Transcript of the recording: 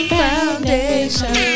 foundation